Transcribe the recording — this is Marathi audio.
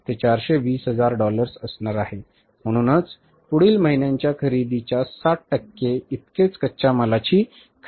ते 420 हजार डॉलर्स असणार आहे म्हणूनच पुढील महिन्याच्या खरेदीच्या 60 टक्के इतकेच कच्च्या मालाची खरेदी आहे